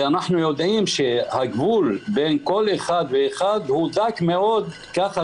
אנחנו יודעים שהגבול בין כל אחת ואחת הוא דק מאוד ככה